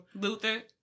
Luther